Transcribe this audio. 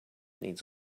needs